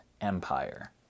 empire